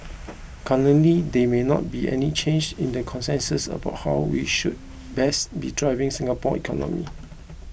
currently there may not be any change in the consensus about how we should best be driving Singapore's economy